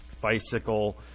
bicycle